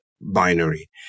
binary